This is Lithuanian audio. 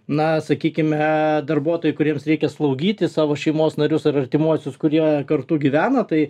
na sakykime darbuotojų kuriems reikia slaugyti savo šeimos narius ar artimuosius kurie kartu gyvena tai